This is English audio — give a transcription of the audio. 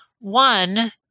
One